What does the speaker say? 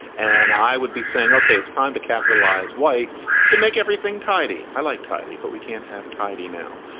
and i would be saying, okay, it's time to capitalize white to make everything tidy. i like tidy, but we can't have tidy now.